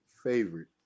favorite